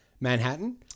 Manhattan